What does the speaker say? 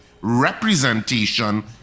representation